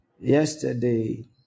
yesterday